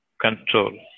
control